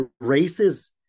Races